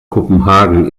kopenhagen